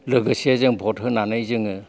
लोगोसे जों भट होनानै जोङो